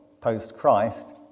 post-Christ